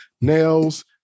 nails